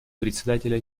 председателя